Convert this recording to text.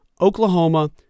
Oklahoma